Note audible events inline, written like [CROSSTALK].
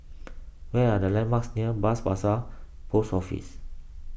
[NOISE] where are the landmarks near Bras Basah Post Office